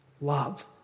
Love